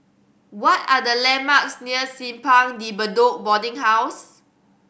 what are the landmarks near Simpang De Bedok Boarding House